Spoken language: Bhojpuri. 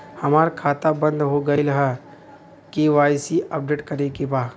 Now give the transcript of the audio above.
हमार खाता बंद हो गईल ह के.वाइ.सी अपडेट करे के बा?